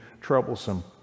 troublesome